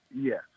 Yes